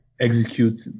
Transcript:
execute